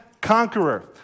conqueror